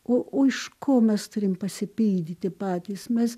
o iš ko mes turim pasipildyti patys mes